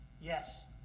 Yes